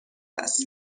است